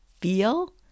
feel